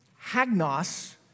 hagnos